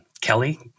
Kelly